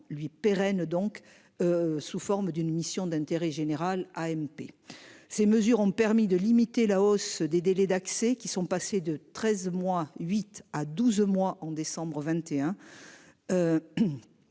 lui pérennes donc. Sous forme d'une mission d'intérêt général AMP. Ces mesures ont permis de limiter la hausse des délais d'accès qui sont passées de 13 mois huit à 12 mois en décembre 21.